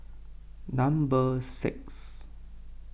number six